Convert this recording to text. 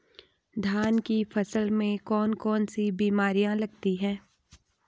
धान की फसल में कौन कौन सी बीमारियां लगती हैं?